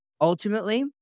ultimately